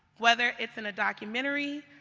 whether it's in a documentary,